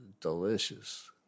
Delicious